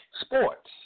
sports